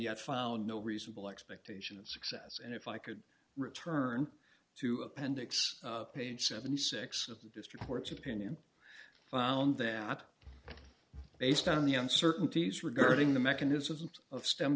yet found no reasonable expectation of success and if i could return to appendix page seventy six of the district court's opinion found that based on the uncertainties regarding the mechanisms of stem